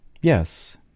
Yes